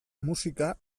musika